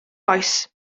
oes